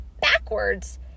backwards